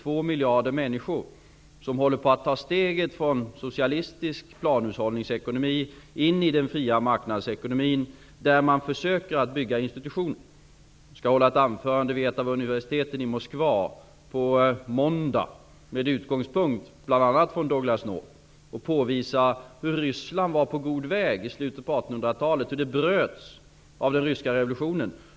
2 miljarder människor håller på att ta steget från socialistisk planhushållningsekonomi in i den fria marknadsekonomin, där man försöker bygga upp institutioner. Jag skall på måndag hålla ett anförande vid ett av universiteten i Moskva med utgångspunkt bl.a. från Douglass C North. Jag skall då påvisa bl.a. hur Ryssland var på god väg på 1800-talet och hur denna utveckling bröts av den ryska revolutionen.